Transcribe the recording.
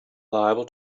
liable